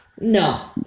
No